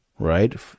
right